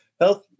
health